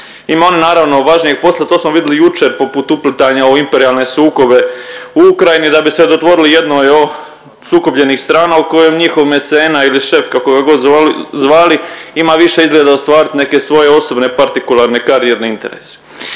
Imaju oni naravno važnijeg posla, to smo vidjeli jučer poput uplitanja u imperijalne sukobe u Ukrajini, da bi se dodvorili jednoj od sukobljenih strana, o kojem njihov mecena ili šef, kako ga god zvali, ima više izgleda za ostvarit neke svoje osobne partikularne karijerne interese.